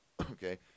Okay